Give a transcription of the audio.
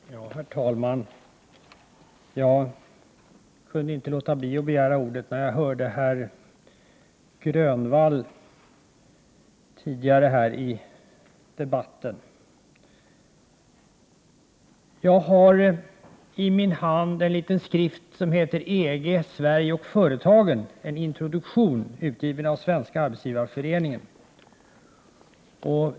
Herr talman! Jag kunde inte låta bli att begära ordet när jag hörde herr Grönvall tidigare i debatten. Jag har i min hand en liten skrift som heter ”EG, Sverige och företagen. En introduktion”. Den är utgiven av Svenska arbetsgivareföreningen.